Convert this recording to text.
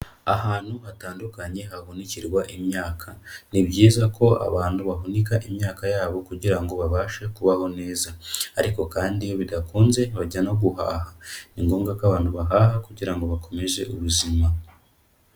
Ahantu hatandukanye hahunikirwa imyaka ni byiza ko abantu bahunika imyaka yabo kugirango babashe kubaho neza, ariko kandi iyo bidakunze bajya no guhaha ni ngombwa ko abantu bahaha kugirango bakomeze ubuzima.